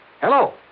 Hello